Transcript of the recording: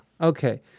okay